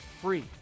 free